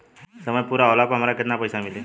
समय पूरा होला पर हमरा केतना पइसा मिली?